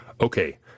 okay